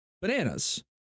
bananas